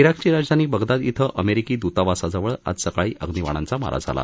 जिकची राजधानी बगदाद श्वे अमेरिकी दुतावासाजवळ आज सकाळी अग्नीबाणांचा मारा झाला